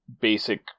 basic